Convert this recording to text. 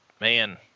man